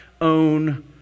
own